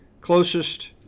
closest